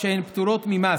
שהן פטורות ממס,